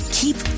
keep